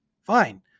Fine